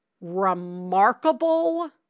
remarkable